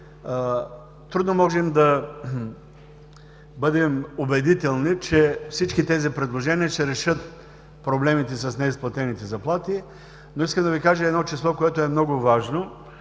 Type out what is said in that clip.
Трудно можем да бъдем убедителни, че всички тези предложения ще решат проблемите с неизплатените заплати, но искам да Ви кажа едно число, което е много важно.